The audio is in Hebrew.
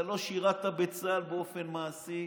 אתה לא שירת בצה"ל באופן מעשי,